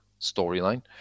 storyline